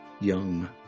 young